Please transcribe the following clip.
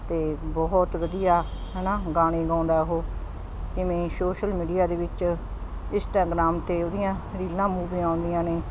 ਅਤੇ ਬਹੁਤ ਵਧੀਆ ਹੈ ਨਾ ਗਾਣੇ ਗਾਉਂਦਾ ਉਹ ਜਿਵੇਂ ਸੋਸ਼ਲ ਮੀਡੀਆ ਦੇ ਵਿੱਚ ਇੰਸਟਾਗ੍ਰਾਮ 'ਤੇ ਉਹਦੀਆਂ ਰੀਲਾਂ ਮੂਵੀਆਂ ਆਉਂਦੀਆਂ ਨੇ